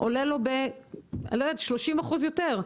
עולה לו 30 אחוזים יותר.